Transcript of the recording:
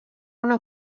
una